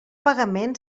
pagament